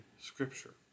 Scripture